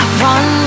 run